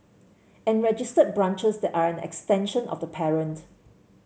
and registered branches that are an extension of the parent